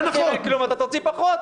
אם אין כלום אתה תוציא פחות.